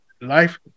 life